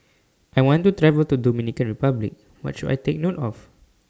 I want to travel to Dominican Republic What should I Take note of